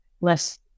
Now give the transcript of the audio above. less